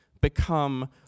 become